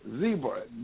Zebra